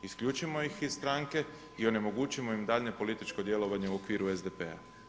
Isključimo ih iz stranke i onemogućimo im daljnje političko djelovanje u okviru SDP-a.